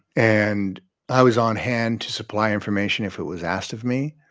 and i was on hand to supply information if it was asked of me.